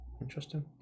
Interesting